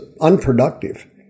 unproductive